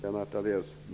Fru talman!